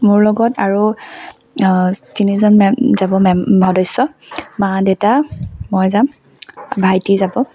মোৰ লগত আৰু তিনিজন মেম যাব মেম সদস্য মা দেউতা মই যাম ভাইটি যাব